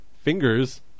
fingers